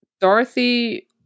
dorothy